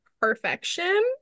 perfection